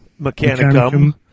Mechanicum